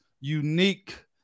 unique